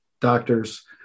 doctors